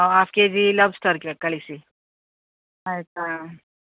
of K G lobster ಕಳಿಸಿ ಆಯಿತಾ